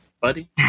buddy